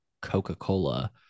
Coca-Cola